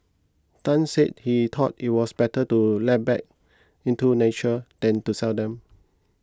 Tan said he thought it was better to let back into nature than to sell them